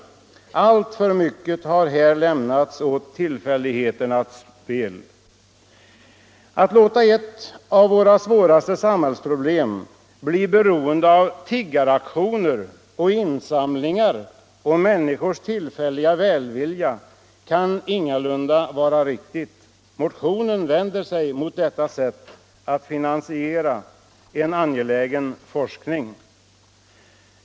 Alltför mycket har här lämnats åt tillfälligheternas spel. Att låta lösningen av ett av våra svåraste samhällsproblem bli beroende av tiggaraktioner, insamlingar och människors tillfälliga välvilja kan ingalunda vara riktigt. Motionen vänder sig mot detta sätt att finansiera en angelägen forskning.